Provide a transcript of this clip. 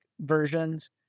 versions